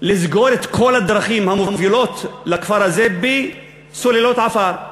לסגור את כל הדרכים המובילות לכפר הזה בסוללות עפר.